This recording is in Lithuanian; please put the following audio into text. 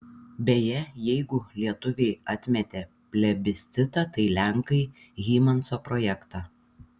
beje jeigu lietuviai atmetė plebiscitą tai lenkai hymanso projektą